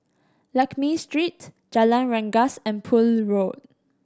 Lakme Street Jalan Rengas and Poole Road